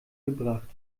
gebracht